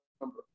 number